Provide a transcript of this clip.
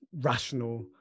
rational